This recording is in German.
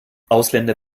ausländer